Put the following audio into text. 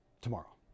tomorrow